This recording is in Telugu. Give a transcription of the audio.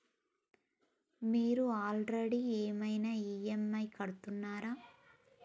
మీరు ఆల్రెడీ ఏమైనా ఈ.ఎమ్.ఐ కడుతున్నారా?